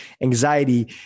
anxiety